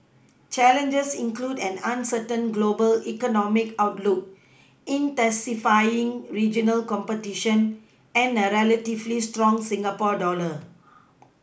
challenges include an uncertain global economic outlook intensifying regional competition and a relatively strong Singapore dollar